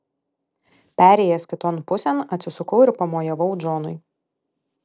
perėjęs kiton pusėn atsisukau ir pamojavau džonui